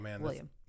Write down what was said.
William